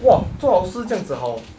!wah! 做老师这样子好